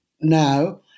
Now